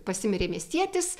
pasimirė miestietis